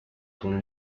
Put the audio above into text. con